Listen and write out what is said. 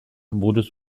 buruz